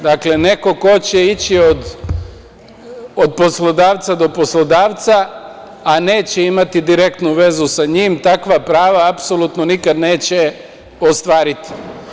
Dakle, neko ko će ići od poslodavca, a neće imati direktnu vezu sa njim, takva prava apsolutno nikad neće ostvariti.